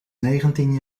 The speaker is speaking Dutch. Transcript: negentien